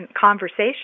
conversation